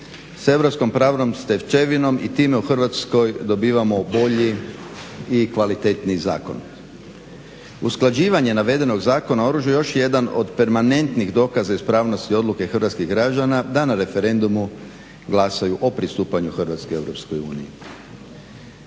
sa europskom pravnom stečevinom i time u Hrvatskoj dobivamo bolji i kvalitetniji zakon. Usklađivanje navedenog Zakona o oružju još je jedan od permanentnih dokaza ispravnosti odluke hrvatskih građana da na referendumu glasaju o pristupanju Hrvatske